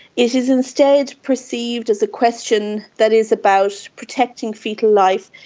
it is instead perceived as a question that is about protecting foetal life.